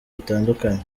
bitandukanye